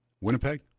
Winnipeg